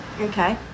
okay